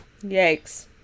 Yikes